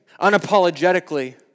unapologetically